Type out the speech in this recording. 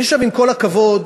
עם כל הכבוד,